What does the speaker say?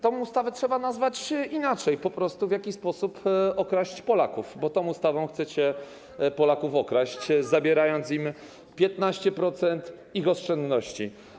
Tę ustawę trzeba nazwać inaczej, po prostu: w jaki sposób okraść Polaków, bo tą ustawą chcecie Polaków okraść, zabierając im 15% ich oszczędności.